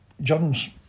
John's